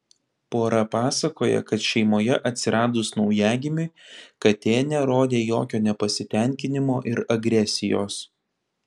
pora pasakoja kad šeimoje atsiradus naujagimiui katė nerodė jokio nepasitenkinimo ir agresijos